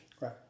Right